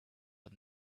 but